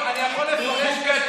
הוא לא תקציבי, הוא חוקתי.